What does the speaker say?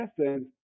essence